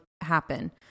happen